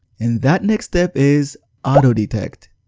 and that next step is auto detect.